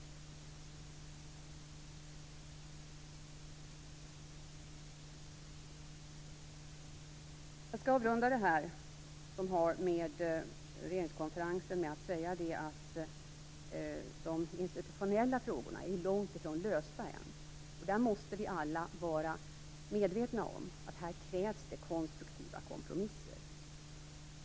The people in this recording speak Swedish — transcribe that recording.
Jag skall avrunda det som har med regeringskonferensen att göra med att säga att de institutionella frågorna långt ifrån är lösta ännu. Vi måste alla vara medvetna om att det krävs konstruktiva kompromisser här.